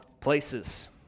places